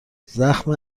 زخم